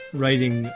writing